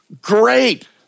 Great